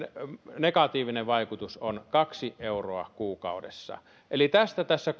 negatiivinen vaikutus on kaksi euroa kuukaudessa eli tästä tässä